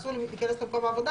אסור לי להיכנס למקום עבודה,